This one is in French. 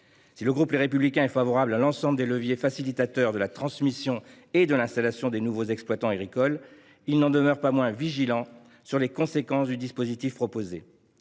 Si le groupe Les Républicains est favorable à l’ensemble des leviers facilitant la transmission et l’installation des nouveaux exploitants agricoles, il n’en demeure pas moins vigilant sur les conséquences du dispositif proposé.